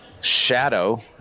Shadow